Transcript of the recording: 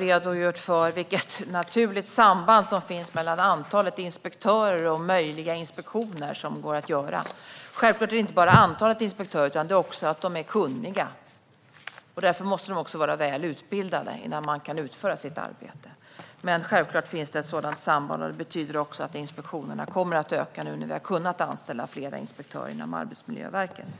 redogjort här för vilket naturligt samband som finns mellan antalet inspektörer och antalet inspektioner som är möjliga att göra. Självklart handlar det inte bara om antalet inspektörer utan också om att de är kunniga, och därför måste de vara väl utbildade innan de kan utföra sitt arbete. Men självklart finns det ett samband, och det betyder att antalet inspektioner kommer att öka nu när vi har kunnat anställa fler inspektörer inom Arbetsmiljöverket.